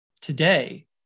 Today